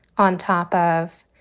on top of,